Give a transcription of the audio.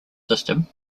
system